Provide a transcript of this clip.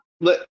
let